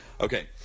Okay